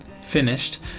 finished